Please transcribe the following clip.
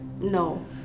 No